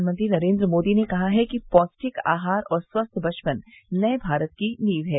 प्रधानमंत्री नरेन्द्र मोदी ने कहा है कि पौष्टिक आहार और स्वस्थ बचपन नये भारत की नींव है